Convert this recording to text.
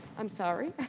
i'm sorry.